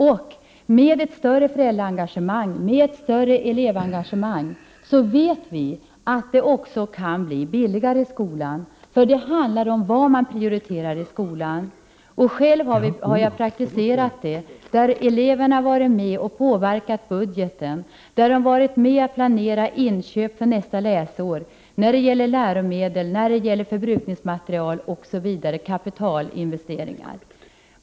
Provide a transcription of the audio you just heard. Vi vet att med ett större föräldraoch elevengagemang kan kostnaderna för skolan bli mindre. Det viktiga är ju vad man prioriterar i skolan. Själv har jag praktiska erfarenheter av att elever har påverkat budgeten och varit med vid planeringen av inköp av läromedel, förbrukningsmaterial osv. för det kommande läsåret. Det rör sig alltså om kapitalinvesteringar.